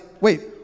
wait